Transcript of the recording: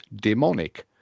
demonic